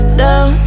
down